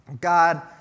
God